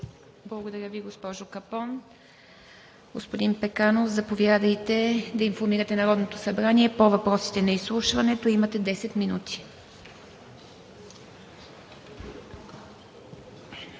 Благодаря Ви, госпожо Капон. Господин Пеканов, заповядайте да информирате Народното събрание по въпросите на изслушването. Имате 10 минути.